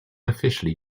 officially